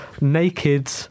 naked